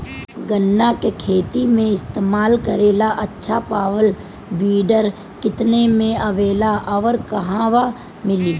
गन्ना के खेत में इस्तेमाल करेला अच्छा पावल वीडर केतना में आवेला अउर कहवा मिली?